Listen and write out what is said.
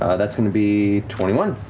that's going to be twenty one.